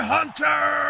Hunter